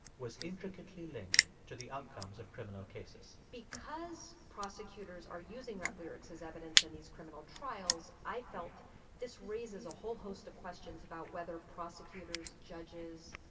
was intricately linked to the outcomes of criminal cases because prosecutors are using rap lyrics as evidence and these criminal trials, i felt this raises a whole host of questions about whether prosecutors, judges,